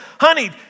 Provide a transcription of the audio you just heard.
Honey